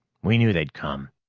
we knew they'd come.